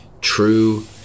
true